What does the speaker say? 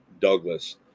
Douglas